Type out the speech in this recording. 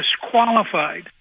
disqualified